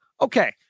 okay